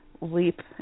leap